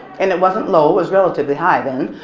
and it wasn't low it was relatively high then,